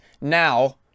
Now